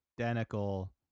identical